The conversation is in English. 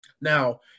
Now